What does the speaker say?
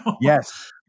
Yes